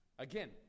Again